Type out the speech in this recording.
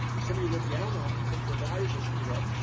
so omebody looked down on and think their values are screwed up,